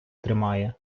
тримає